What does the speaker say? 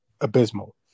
Abysmal